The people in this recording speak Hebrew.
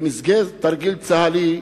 במסגרת תרגיל צה"לי,